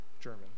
German